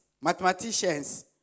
Mathematicians